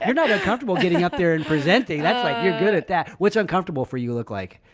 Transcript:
um not ah comfortable getting up there and presenting that's like, you're good at that what's uncomfortable for you look like,